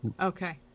okay